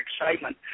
excitement